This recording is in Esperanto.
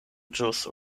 ĵus